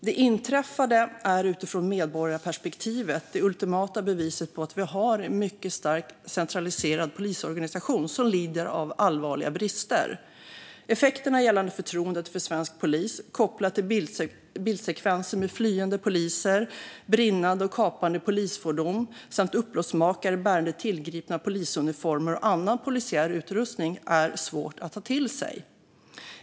Det inträffade är utifrån medborgarperspektivet det ultimata beviset på att vi har en mycket starkt centraliserad polisorganisation som lider av allvarliga brister. Det handlar om effekterna gällande förtroendet för svensk polis kopplat till bildsekvenser med flyende poliser, brinnande och kapade polisfordon samt upploppsmakare bärande tillgripna polisuniformer och annan polisiär utrustning - bilder som är svåra att ta till sig.